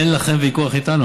אין לכם ויכוח איתנו.